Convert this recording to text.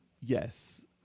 yes